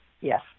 Yes